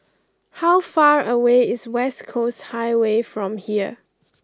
how far away is West Coast Highway from here